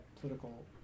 political